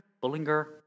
Bullinger